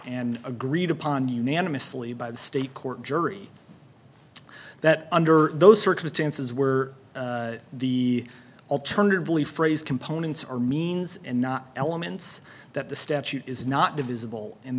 and agreed upon unanimously by the state court jury that under those circumstances where the alternatively phrase components are means and not elements that the statute is not divisible and